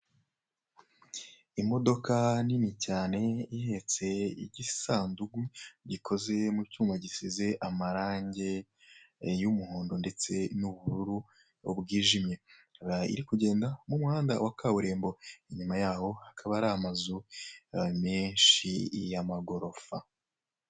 Imodoka nini cyane ihetse igisanduku gikoze mu cyuma gisize amarangi y'umuhondo ndetse n'ubururu bwijimye, iri kugenda mu muhanda wa kaburimbo, inyuma yaho hakaba hari amazu menshi y'amagorofa.